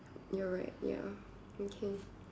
you are right ya okay